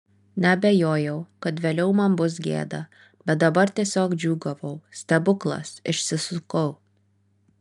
neabejojau kad vėliau man bus gėda bet dabar tiesiog džiūgavau stebuklas išsisukau